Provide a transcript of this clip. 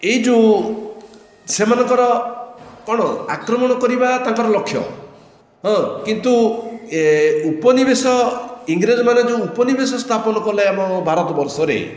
ଏଇ ଯେଉଁ ସେମାନଙ୍କର କ'ଣ ଆକ୍ରମଣ କରିବା ତାଙ୍କର ଲକ୍ଷ୍ୟ ହଁ କିନ୍ତୁ ଏ ଉପନିବେଶ ଇଂରେଜମାନେ ଯେଉଁ ଉପନିବେଶ ସ୍ଥାପନ କଲେ ଆମ ଭାରତବର୍ଷରେ